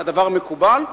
הדבר מקובל,